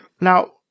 Now